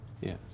Yes